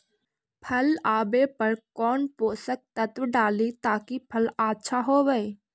फल आबे पर कौन पोषक तत्ब डाली ताकि फल आछा होबे?